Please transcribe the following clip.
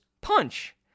punch